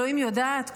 אלוהים יודעת,